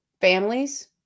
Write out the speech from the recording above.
families